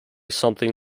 something